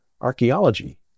archaeology